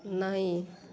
नहि